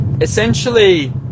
essentially